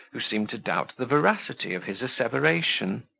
who seemed to doubt the veracity of his asseveration.